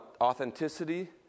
authenticity